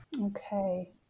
Okay